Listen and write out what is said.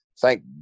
thank